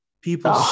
People